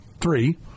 three